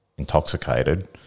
Intoxicated